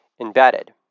embedded